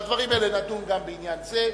בדברים האלה נדון גם בעניין הזה.